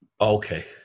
Okay